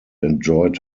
enjoyed